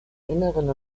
inneren